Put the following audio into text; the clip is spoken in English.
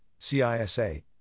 CISA